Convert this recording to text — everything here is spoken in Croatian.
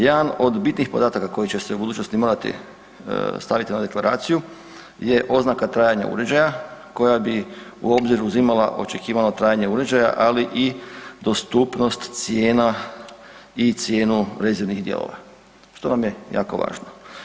Jedan od bitnih podataka koji će se u budućnosti morati staviti na deklaraciju je oznaka trajanja uređaja koja bi u obzir uzimala očekivano trajanje uređaja, ali i dostupnost cijena i cijenu rezervnih dijelova što nam je jako važno.